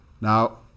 Now